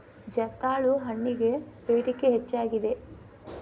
ಜರ್ದಾಳು ಹಣ್ಣಗೆ ಬೇಡಿಕೆ ಹೆಚ್ಚಾಗಿದೆ